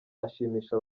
ashimisha